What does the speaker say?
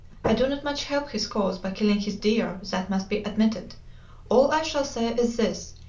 i do not much help his cause by killing his deer, that must be admitted all i shall say is this,